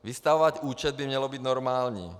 Vystavovat účet by mělo být normální.